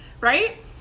right